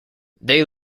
they